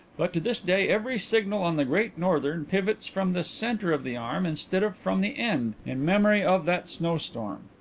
but to this day every signal on the great northern pivots from the centre of the arm instead of from the end, in memory of that snowstorm.